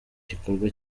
igikorwa